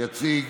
יציג